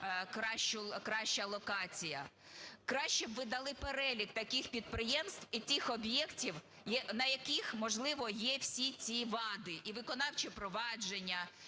краща локація, краще б ви дали перелік таких підприємств і тих об'єктів, на яких, можливо, є всі ці вади: і виконавче провадження,